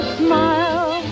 smile